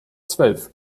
zwölf